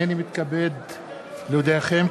הנני מתכבד להודיעכם,